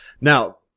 Now